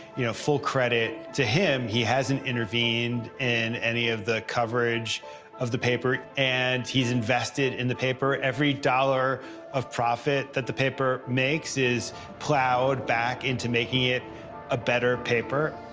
you know, full credit to him, he hasn't intervened in any of the coverage of the paper. and he's invested in the paper. every dollar of profit that the paper makes is plowed back into making it a better paper.